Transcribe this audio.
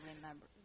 remember